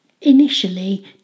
Initially